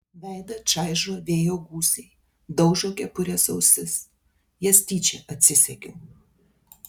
veidą čaižo vėjo gūsiai daužo kepurės ausis jas tyčia atsisegiau